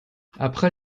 après